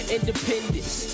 Independence